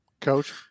Coach